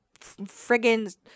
friggin